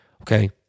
Okay